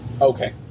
Okay